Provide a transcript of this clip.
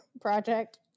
project